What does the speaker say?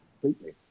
completely